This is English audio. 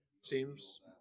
seems